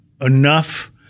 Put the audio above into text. enough